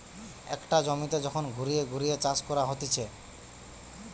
একটা জমিতে যখন ঘুরিয়ে ঘুরিয়ে চাষ করা হতিছে